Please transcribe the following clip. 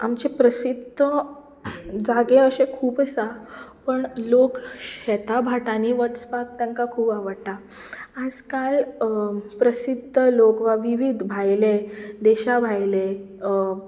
आमचे प्रसिध्द जागे अशे खूब आसा पूण लोक शेता भाटांनी वचपाक तांकां खूब आवडटा आयजकाल प्रसिध्द लोक वा विविध भायले देशा भायले